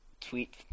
tweet